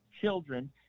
children –